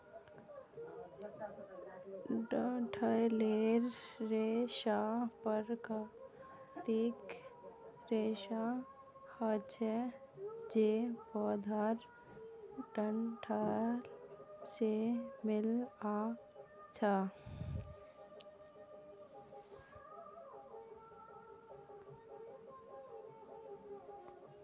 डंठलेर रेशा प्राकृतिक रेशा हछे जे पौधार डंठल से मिल्आ छअ